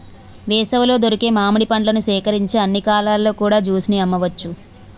వేసవిలో దొరికే మామిడి పండ్లను సేకరించి అన్ని కాలాల్లో కూడా జ్యూస్ ని అమ్మవచ్చు